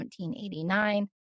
1789